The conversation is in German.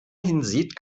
hinsieht